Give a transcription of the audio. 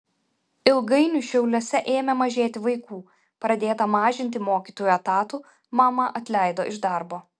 ilgainiui šiauliuose ėmė mažėti vaikų pradėta mažinti mokytojų etatų mamą atleido iš darbo